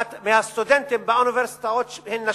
מהסטודנטים באוניברסיטאות הם נשים.